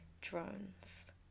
drones